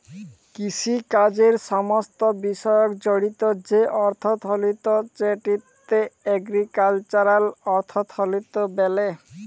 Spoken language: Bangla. কিষিকাজের সমস্ত বিষয় জড়িত যে অথ্থলিতি সেটকে এগ্রিকাল্চারাল অথ্থলিতি ব্যলে